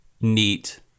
neat